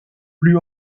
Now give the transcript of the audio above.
plus